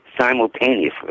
simultaneously